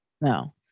No